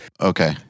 Okay